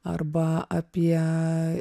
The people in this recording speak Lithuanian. arba apie